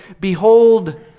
Behold